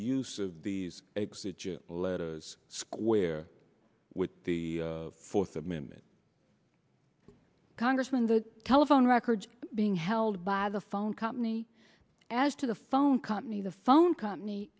use of these letters square with the fourth amendment congressman the telephone records being held by the phone company as to the phone company the phone company